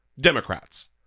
Democrats